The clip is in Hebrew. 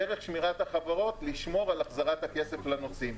בדרך שמירת החברות לשמור על החזרת הכסף לנוסעים.